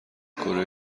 کره